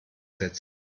setzen